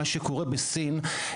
מה שקורה בסין,